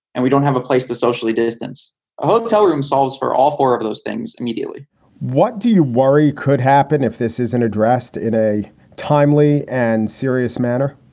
and we don't have a place to socially distance. a hotel room solves for all four of those things immediately what do you worry could happen if this isn't addressed in a timely and serious manner?